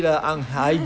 few weeks like that